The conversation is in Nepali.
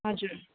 हजुर